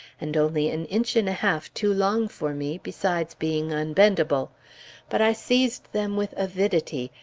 and only an inch and a half too long for me, besides being unbendable but i seized them with avidity,